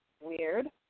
Weird